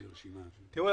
תראו,